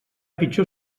pitjor